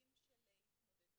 במצבים של התמודדות,